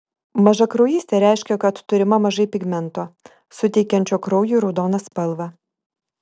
mažakraujystė reiškia kad turima mažai pigmento suteikiančio kraujui raudoną spalvą